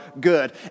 good